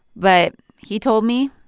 but he told me